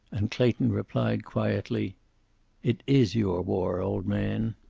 and clayton replied, quietly it is your war, old man.